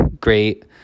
great